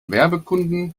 werbekunden